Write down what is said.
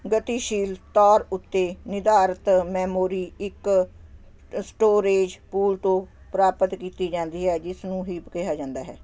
ਗਤੀਸ਼ੀਲ ਤੌਰ ਉੱਤੇ ਨਿਰਧਾਰਤ ਮੈਮੋਰੀ ਇੱਕ ਸਟੋਰੇਜ਼ ਪੂਲ ਤੋਂ ਪ੍ਰਾਪਤ ਕੀਤੀ ਜਾਂਦੀ ਹੈ ਜਿਸ ਨੂੰ ਹੀਪ ਕਿਹਾ ਜਾਂਦਾ ਹੈ